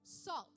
Salt